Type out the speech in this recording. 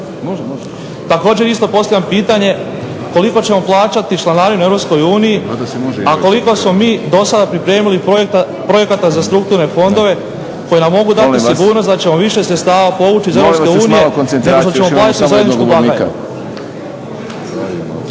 Također isto postavljam pitanje koliko ćemo plaćati članarinu europskoj uniji a koliko smo mi do sada pripremili projekata za strukturne fondove koji nam mogu dati sigurnost da ćemo više sredstava povući… Moram iskazati bojazan da